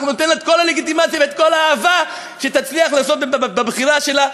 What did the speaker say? ואנחנו ניתן לה את כל הלגיטימציה ואת כל האהבה שתצליח לעשות בבחירה שלה,